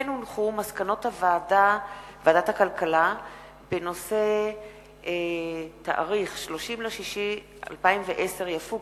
מסקנות ועדת הכלכלה בעקבות דיון מהיר בנושא: ב-30 ביוני 2010 יפוג